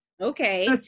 Okay